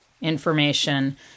information